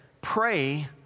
pray